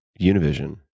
Univision